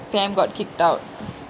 fam got kicked out